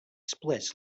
split